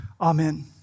Amen